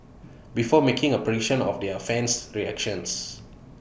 before making A prediction of their fan's reactions